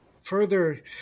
further